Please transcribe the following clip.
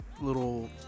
little